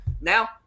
Now